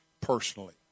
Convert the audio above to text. personally